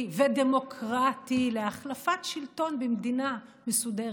ודמוקרטי להחלפת שלטון במדינה מסודרת.